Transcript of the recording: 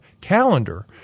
calendar